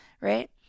right